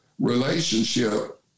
relationship